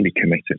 committed